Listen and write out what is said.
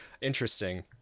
Interesting